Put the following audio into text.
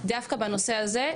דווקא בנושא הזה,